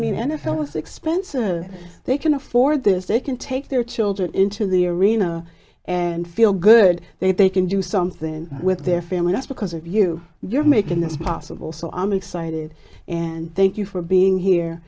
mean n f l is expensive they can afford this they can take their children into the arena and feel good they can do something with their family not because of you you're making this possible so i'm excited and thank you for being here